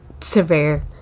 severe